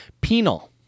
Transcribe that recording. penal